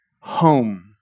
home